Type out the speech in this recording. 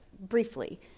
briefly